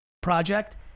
project